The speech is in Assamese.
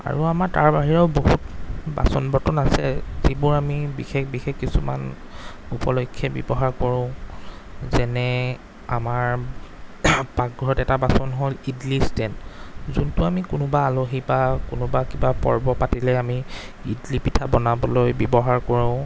আৰু আমাৰ তাৰ বাহিৰেও বহুত বাচন বৰ্তন আছে যিবোৰ আমি বিশেষ বিশেষ কিছুমান উপলক্ষ্যে ব্যৱহাৰ কৰোঁ যেনে আমাৰ পাকঘৰত এটা বাচন হ'ল ইডলি ষ্টেণ্ড যোনটো আমি কোনোবা আলহী বা কোনোবা কিবা পৰ্ব পাতিলে আমি ইডলি পিঠা বনাবলৈ ব্যৱহাৰ কৰোঁ